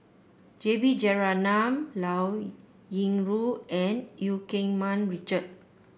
J B Jeyaretnam Liao Yingru and Eu Keng Mun Richard